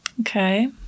okay